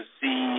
see